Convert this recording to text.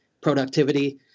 productivity